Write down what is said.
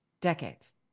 decades